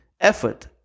effort